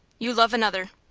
you love another.